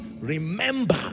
remember